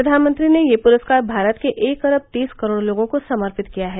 प्रधानमंत्री ने यह पुरस्कार भारत के एक अरब तीस करोड़ लोगों को समर्पित किया है